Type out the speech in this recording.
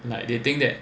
like they think that